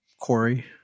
Corey